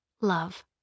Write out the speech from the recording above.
Love